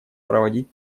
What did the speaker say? проводить